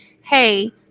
hey